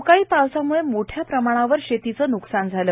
अवकाळी पावसामुळे मोठ्या प्रमाणावर शेतीचं न्कसान झालं